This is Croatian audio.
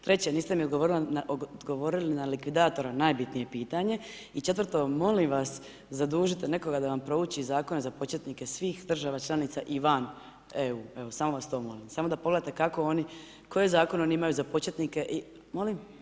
Treće, niste mi odgovorili na likvidatora, najbitnije pitanje i četvrto molim vas zadužite nekoga da vam prouči zakone za početnike svih država članica i van EU, evo, samo vas to molim, samo da pogledate kako oni, koje zakone oni imaju za početnike i … [[Upadica se ne razumije]] Molim?